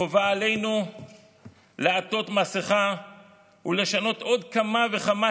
חובה עלינו לעטות מסכה ולשנות עוד כמה וכמה